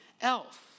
else